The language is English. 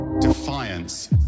defiance